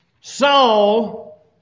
Saul